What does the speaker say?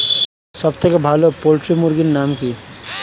সবথেকে ভালো পোল্ট্রি মুরগির নাম কি?